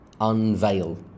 Unveil